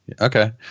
Okay